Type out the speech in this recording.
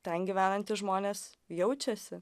ten gyvenantys žmonės jaučiasi